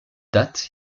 date